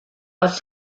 aus